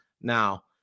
Now